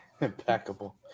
Impeccable